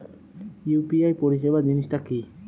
UPI পরিসেবা জিনিসটা কি?